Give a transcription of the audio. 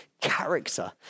character